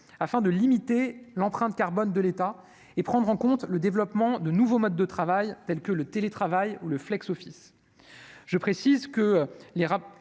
afin de limiter l'empreinte carbone de l'État et prendre en compte le développement de nouveaux modes de travail, tels que le télétravail ou le Flex office